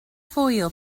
foel